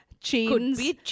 Chains